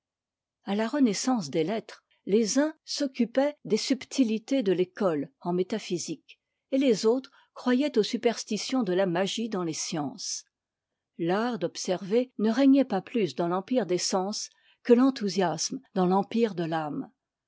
a la renaissance des lettres les uns s'occupaient des subtilités de l'école en métaphysique et les autres croyaient aux superstitions de la magie dans les sciences l'art d'observer ne régnait pas plus dans l'empire des sens que l'enthousiasme dans l'empire de l'âme